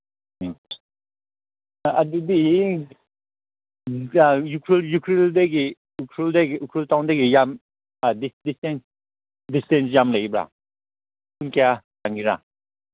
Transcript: ꯎꯝ ꯑꯗꯨꯗꯤ ꯎꯈ꯭ꯔꯨꯜ ꯎꯈ꯭ꯔꯨꯜꯗꯒꯤ ꯎꯈ꯭ꯔꯨꯜꯗꯒꯤ ꯎꯈ꯭ꯔꯨꯜ ꯇꯥꯎꯟꯗꯒꯤ ꯌꯥꯝ ꯗꯤꯁꯇꯦꯟꯁ ꯗꯤꯁꯇꯦꯟꯁ ꯌꯥꯝ ꯂꯩꯕ꯭ꯔꯥ ꯄꯨꯡ ꯀꯌꯥ ꯆꯪꯒꯦꯔꯥ